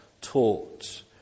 taught